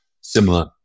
similar